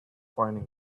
finding